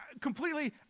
completely